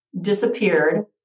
disappeared